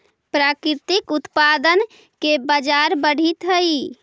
प्राकृतिक उत्पाद के बाजार बढ़ित हइ